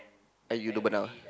I you no burnout ah